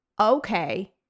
Okay